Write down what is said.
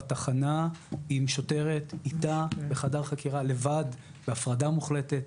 בתחנה עם שוטרת איתה בחדר חקירה לבד בהפרדה מוחלטת.